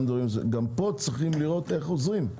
גם פה צריך לראות איך עוזרים.